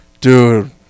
Dude